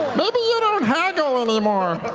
maybe you don't haggle anymore.